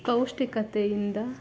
ಪೌಷ್ಟಿಕತೆಯಿಂದ